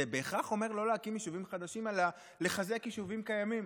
זה בהכרח אומר לא להקים יישובים חדשים אלא לחזק יישובים קיימים,